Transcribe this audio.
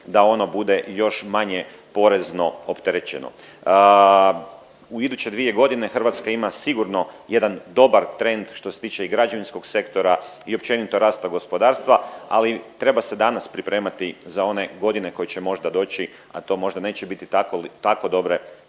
da ono bude još manje porezno opterećeno. U iduće dvije godine Hrvatska ima sigurno jedan dobar trend što se tiče i građevinskog sektora i općenito rasta gospodarstva, ali treba se danas pripremati za one godine koje će možda doći, a to možda neće biti tako dobre